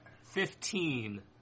Fifteen